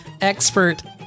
expert